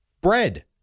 bread